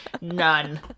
None